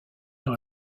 dans